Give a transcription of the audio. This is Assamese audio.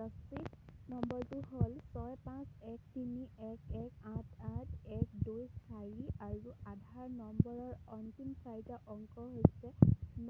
ৰচিদ নম্বৰটো হ'ল ছয় পাঁচ এক তিনি এক এক আঠ আঠ এক দুই চাৰি আৰু আধাৰ নম্বৰৰ অন্তিম চাৰিটা অংক হৈছে